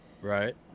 Right